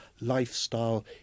lifestyle